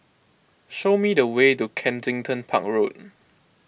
show me the way to Kensington Park Road